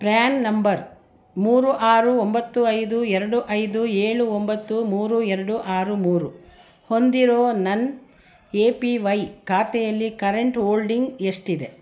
PRAN number ಮೂರು ಆರು ಒಂಬತ್ತು ಐದು ಎರಡು ಐದು ಏಳು ಒಂಬತ್ತು ಮೂರು ಎರಡು ಆರು ಮೂರು ಹೊಂದಿರೋ ನನ್ನ ಎ ಪಿ ವೈ ಖಾತೆಯಲ್ಲಿ ಕರೆಂಟ್ ಹೋಲ್ಡಿಂಗ್ ಎಷ್ಟಿದೆ